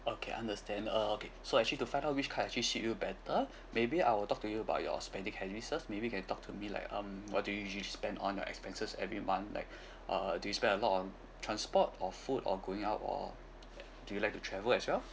okay understand uh okay so actually to find out which card actually suit you better maybe I will talk to you about your spending habits first maybe you can talk to me like um what do you usually spend on your expenses every month like uh do you spend a lot on transport or food or going out or do you like to travel as well